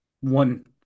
one